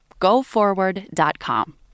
GoForward.com